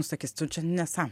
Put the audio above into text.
sakys tu čia nesąm